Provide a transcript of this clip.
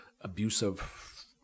abusive